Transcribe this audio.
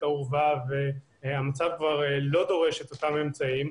האורווה ואולי המצב כבר לא דורש את אותם אמצעים.